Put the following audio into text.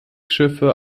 schiffe